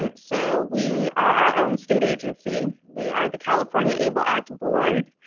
um so we are our own state agency. we are the california able act board.